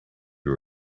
you